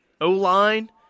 O-line